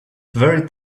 very